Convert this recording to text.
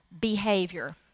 behavior